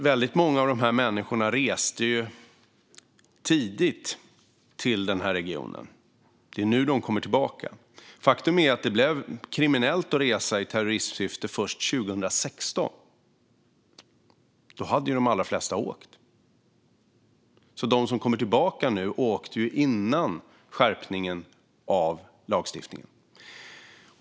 Väldigt många av dessa människor reste tidigt till regionen, och det är nu de kommer tillbaka. Faktum är att det blev kriminellt att resa i terroristsyfte först 2016, och då hade de allra flesta redan åkt. De som kommer tillbaka nu åkte alltså innan skärpningen av lagstiftningen.